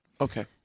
Okay